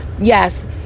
Yes